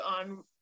on